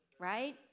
right